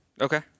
Okay